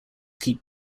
keep